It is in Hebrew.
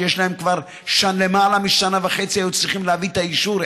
כבר למעלה משנה וחצי היו צריכים להביא את האישור.